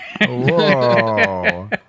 Whoa